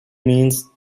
means